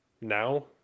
now